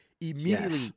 immediately